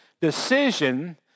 decision